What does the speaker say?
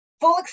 full